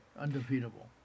undefeatable